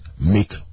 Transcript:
make